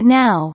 now